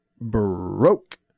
broke